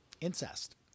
incest